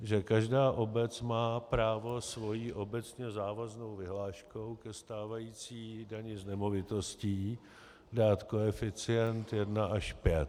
Že každá obec má právo svou obecně závaznou vyhláškou ke stávající dani z nemovitostí dát koeficient 1 až 5.